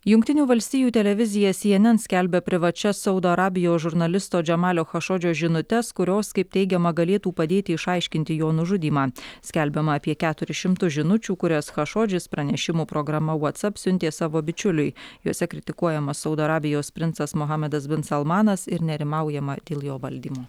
jungtinių valstijų televizija cnn skelbia privačias saudo arabijos žurnalisto džemalio chašodžio žinutes kurios kaip teigiama galėtų padėti išaiškinti jo nužudymą skelbiama apie keturis šimtus žinučių kurias chašodžis pranešimo programa whatsapp siuntė savo bičiuliui jose kritikuojamas saudo arabijos princas muhamedas bin salmanas ir nerimaujama dėl jo valdymo